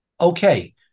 Okay